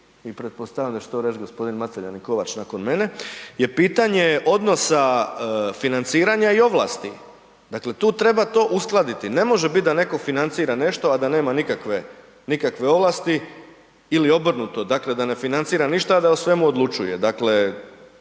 i pretpostavljam da će to reć g. Mateljan i Kovač nakon mene je pitanje odnosa financiranja i ovlasti. Dakle tu treba to uskladiti. Ne može biti da netko financira nešto a da nema nikakve ovlasti ili obrnuto, dakle da ne financira ništa a da o svemu odlučuje,